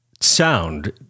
Sound